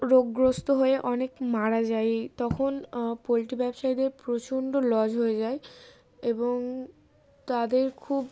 রোগগ্রস্ত হয়ে অনেক মারা যায় তখন পোলট্রি ব্যবসায়ীদের প্রচণ্ড লস হয়ে যায় এবং তাদের খুব